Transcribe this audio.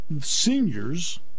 seniors